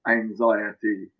anxiety